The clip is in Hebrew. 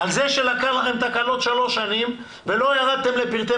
על זה שלקח לכם תקנות שלוש שנים ולא ירדתם לפרטי